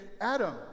Adam